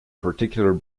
particular